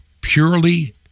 purely